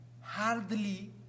hardly